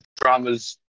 Dramas